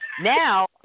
now